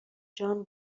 جان